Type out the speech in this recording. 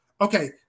Okay